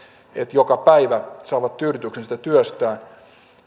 joka päivä saavat tyydytyksen siitä työstään